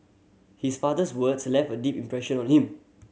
his father's words left a deep impression on him